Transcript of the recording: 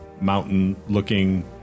mountain-looking